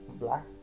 black